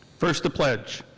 first the pledge.